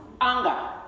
anger